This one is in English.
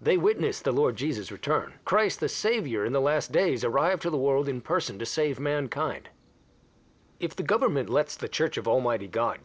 they witness the lord jesus return christ the savior in the last days arrive to the world in person to save mankind if the government lets the church of almighty god